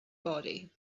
body